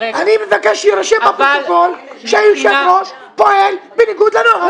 אני מבקש שיירשם בפרוטוקול שהיושב-ראש פועל בניגוד לנוהל.